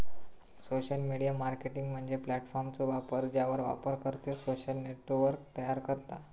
social media marketing म्हणजे प्लॅटफॉर्मचो वापर ज्यावर वापरकर्तो सोशल नेटवर्क तयार करता